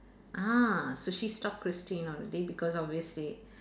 ah so she stop Christine already because obviously